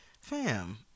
Fam